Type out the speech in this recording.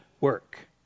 work